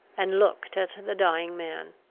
and looked at the dying man.